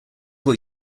what